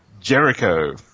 Jericho